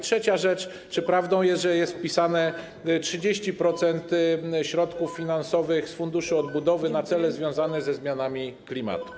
Trzecia rzecz: Czy prawdą jest, że jest wpisane, że 30% środków finansowych z Funduszu Odbudowy jest na cele związane ze zmianami klimatu?